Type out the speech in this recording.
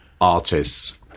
artists